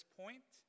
point